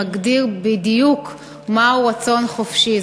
שמגדיר בדיוק מהו רצון חופשי.